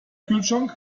kühlschrank